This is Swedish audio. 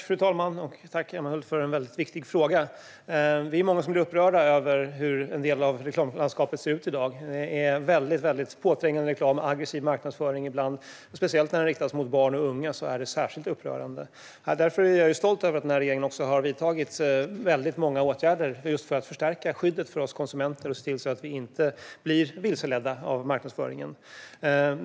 Fru talman! Tack, Emma Hult, för en väldigt viktig fråga! Vi är många som blir upprörda över hur en del av reklamlandskapet ser ut i dag. Det är väldigt påträngande reklam och ibland aggressiv marknadsföring. Speciellt när det riktas mot barn och unga är det särskilt upprörande. Därför är jag stolt över att regeringen också har vidtagit väldigt många åtgärder för att förstärka skyddet för oss konsumenter och se till att vi inte blir vilseledda av marknadsföringen.